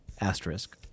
asterisk